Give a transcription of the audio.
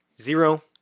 Zero